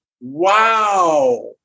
wow